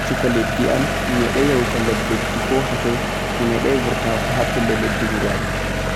mi meɗai asshugo lesdi'am